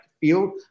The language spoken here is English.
field